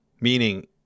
meaning